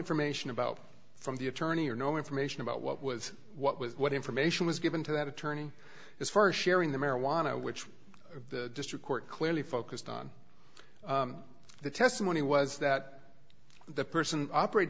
information about from the attorney or no information about what was what was what information was given to that attorney is for sharing the marijuana which the district court clearly focused on the testimony was that the person operat